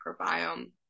microbiome